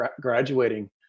graduating